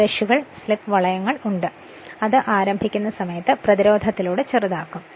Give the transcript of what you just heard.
ബ്രഷുകൾ slip വളയങ്ങൾ ഉണ്ട് അത് ആരംഭിക്കുന്ന സമയത്ത് പ്രതിരോധത്തിലൂടെ ചെറുതാക്കും